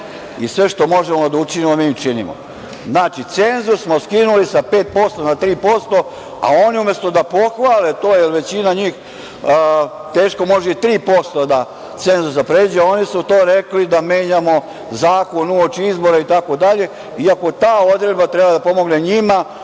i sve što možemo da učinimo, mi im činimo. Znači, cenzus smo skinuli sa 5% na 3%, a oni umesto da pohvale to, jer većina njih teško može i 3% cenzusa da pređe, oni su za to rekli da menjamo zakon uoči izbora itd, iako ta odredba treba da pomogne njima